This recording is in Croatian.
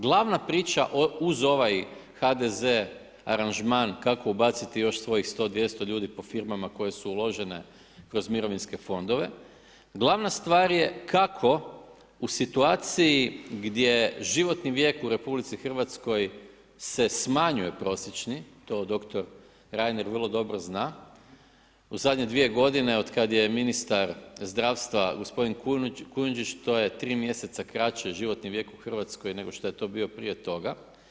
Glavna priča uz ovaj HDZ aranžman kako ubaciti još svojih 100, 200 ljudi po firmama koje su uložene kroz mirovinske fondove, glavna stvar je kako u situaciji gdje životni vijek u RH se smanjuje prosječni, to doktor Reiner vrlo dobro zna, u zadnje dvije godine od kad je ministar zdravstva gospodin Kujundžić, to je 3 mjeseca kraće životni vijek u Hrvatskoj nego što je to bio prije toga.